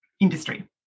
industry